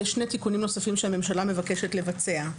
יש שני תיקונים נוספים שהממשלה מבקשת לבצע,